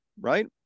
right